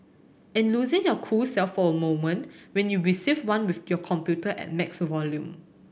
and losing your cool self for a moment when you receive one with your computer at max volume